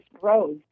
growth